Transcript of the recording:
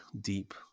deep